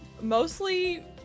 mostly